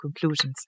conclusions